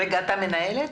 את המנהלת?